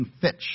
Fitch